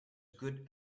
good